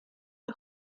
the